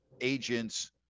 agents